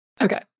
Okay